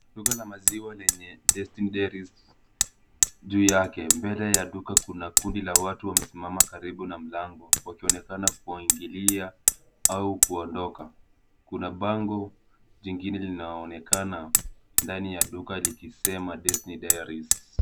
Duka la maziwa lenye destiny dairies juu yake. Mbele ya duka kuna kundi la watu wamesimama karibu na mlango wakionekana kuingilia au kuondoka. Kuna bango jingine linaonekana ndani ya duka likisema destiny dairies .